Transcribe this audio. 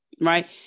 right